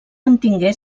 mantingué